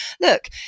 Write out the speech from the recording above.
look